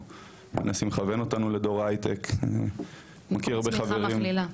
אני מכיר הרבה חברים --- צמיחה מכלילה.